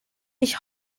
ich